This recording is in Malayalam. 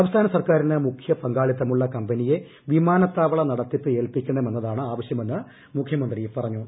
സംസ്ഥാന സർക്കാരിന് മുഖ്യപങ്കാളിത്തമുള്ള കമ്പനിയെ വിമാനത്താവള നടത്തിപ്പ് ഏൽപ്പിക്കണമെന്നതാണ് ആവശ്യമെന്ന് മുഖ്യമന്ത്രി പറഞ്ഞു